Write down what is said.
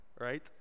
Right